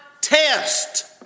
test